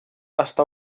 està